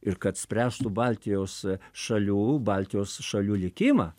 ir kad spręstų baltijos šalių baltijos šalių likimą